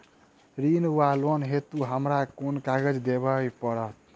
ऋण वा लोन हेतु हमरा केँ कागज देबै पड़त?